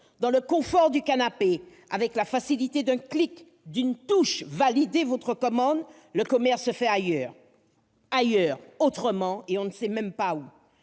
Dans le confort du canapé, avec la facilité d'un clic, de la touche « Validez votre commande », le commerce se fait ailleurs : ailleurs, autrement, on ne sait même pas où